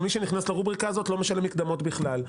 מי שנכנס לרובריקה הזאת לא משלם מקדמות בכלל.